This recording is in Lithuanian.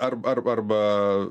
ar ar arba